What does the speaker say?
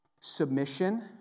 submission